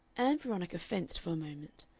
ann veronica fenced for a moment.